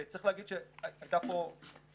וצריך להגיד שהייתה פה הזדהות,